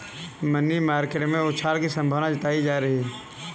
money market में उछाल की संभावना जताई जा रही है